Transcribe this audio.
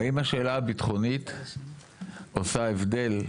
האם השאלה הביטחונית עושה הבדל,